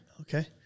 Okay